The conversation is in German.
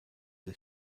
des